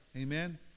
Amen